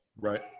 right